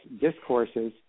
discourses